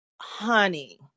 Honey